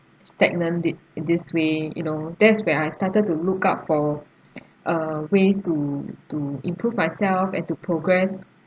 stagnant th~ this way you know that's when I started to look out for uh ways to to improve myself and to progress